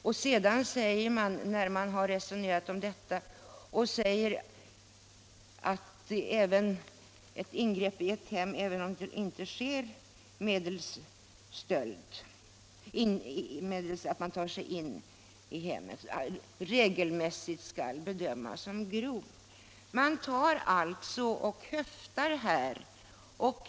Man säger att stöld i annans hem, även om den inte är förbunden med inbrott, regelmässigt skall bedömas som grov stöld.